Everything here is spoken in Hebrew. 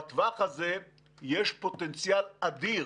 בטווח הזה יש פוטנציאל אדיר